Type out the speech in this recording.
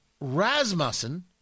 Rasmussen